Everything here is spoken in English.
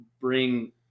bring